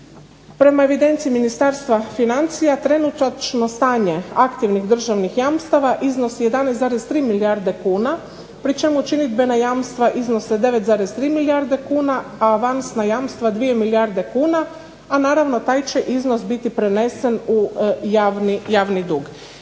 Prema evidenciji Ministarstva financija trenutačno stanje aktivnih državnih jamstava iznosi 11,3 milijarde kuna pri čemu činidbena jamstva iznose 9,3 milijarde kuna, a avansna jamstva 2 milijarde kuna. A naravno taj će iznos biti prenesen u javni dug.